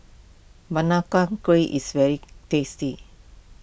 Kueh is very tasty